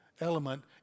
element